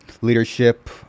leadership